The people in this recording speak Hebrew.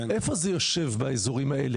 איפה זה יושב באזורים האלה?